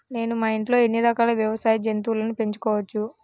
నేను మా ఇంట్లో ఎన్ని రకాల వ్యవసాయ జంతువులను పెంచుకోవచ్చు?